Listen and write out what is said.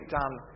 done